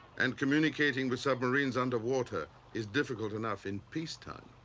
and communicating with submarines under water is difficult enough in peacetime.